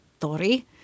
Tori